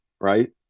right